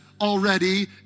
already